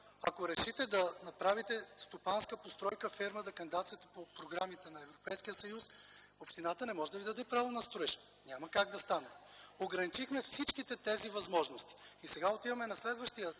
Ако решите да направите стопанска постройка, ферма, да кандидатствате по програмите на Европейския съюз, общината не може да Ви даде право на строеж. Няма как да стане! Ограничихме всички тези възможности и сега отиваме на следващия